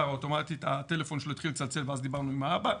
אוטומטית הטלפון שלו התחיל לצלצל ואז דיברנו עם האבא.